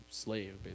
slave